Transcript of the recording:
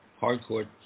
hardcore